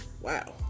Wow